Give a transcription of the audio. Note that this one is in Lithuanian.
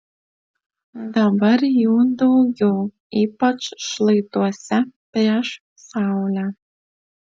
dabar jų daugiau ypač šlaituose prieš saulę